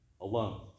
alone